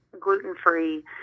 gluten-free